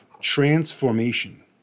transformation